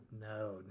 No